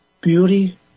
beauty